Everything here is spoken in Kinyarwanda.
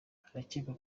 harakekwa